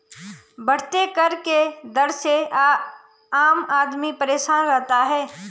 बढ़ते कर के दर से आम आदमी परेशान रहता है